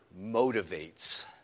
motivates